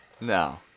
No